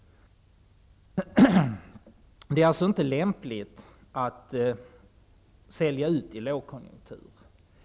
Det är inte lämpligt att sälja ut under en lågkonjunktur.